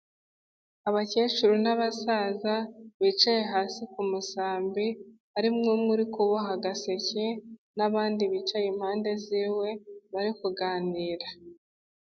Abakecuru n'abasaza bicaye hasi ku masambi harimo umwe uri kuboha agaseke n'abandi bicaye impande z'iwe bari kuganira.